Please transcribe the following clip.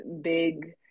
big